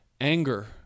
anger